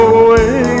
away